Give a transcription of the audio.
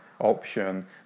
option